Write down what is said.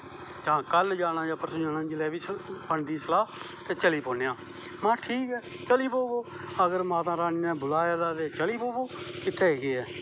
जां कल जानां जां परसों जिसलै बी बनदी सलाह् चली पौनें आं महां ठीक ऐ चली पवो माता रानी नै बलाए दा ते चली पवो इत्थें केह् ऐ